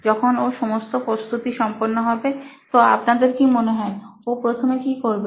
যখন ওর সমস্ত প্রস্তুতি সম্পন্ন হবে তো আপনাদের কি মনে হয় ও প্রথমে কি করবে